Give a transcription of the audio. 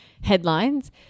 headlines